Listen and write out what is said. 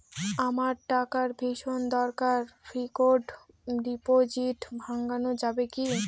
আমার টাকার ভীষণ দরকার ফিক্সট ডিপোজিট ভাঙ্গানো যাবে কি?